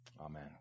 Amen